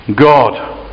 God